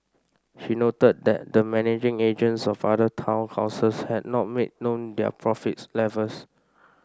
she noted that the managing agents of other town councils had not made known their profit levels